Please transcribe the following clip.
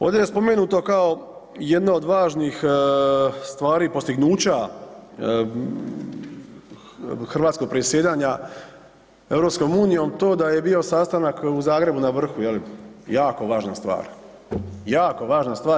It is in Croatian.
Ovdje je spomenuto kao jedna od važnih stvari postignuća hrvatskog predsjedanja EU to da je bio sastanak u Zgrebu na vrhu, je li, jako važna stvar, jako važna stvar.